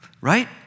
right